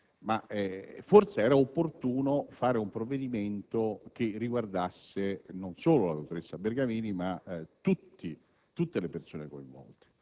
sarebbe stato opportuno un provvedimento che non riguardasse solo la dottoressa Bergamini, ma tutte le persone coinvolte.